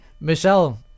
Michelle